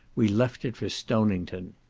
we left it for stonington.